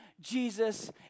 Jesus